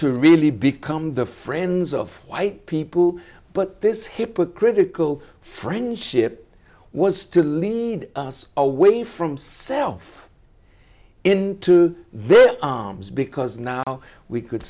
to really become the friends of white people but this hypocritical friendship was to lead us away from self into their arms because now we could